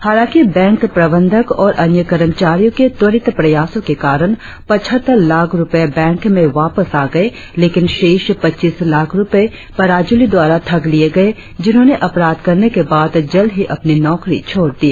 हालांकि बैंक प्रबंधक और अन्य कर्मचारियों के त्वरित प्रयासों के कारण पचहत्तर लाख रुपये बैंक में वापस आ गए लेकिन शेष पच्चीस लाख रुपए पराजुली द्वारा ठग लिए गए जिन्होंने अपराध करने के बाद जल्द ही अपनी नौकरी छोड़ दी